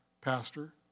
Pastor